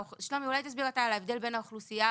שלומי אולי תסביר אתה את ההבדל בין האוכלוסייה